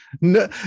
no